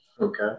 Okay